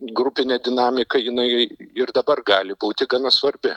grupinė dinamika jinai ir dabar gali būti gana svarbi